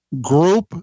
group